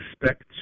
expect